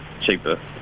cheaper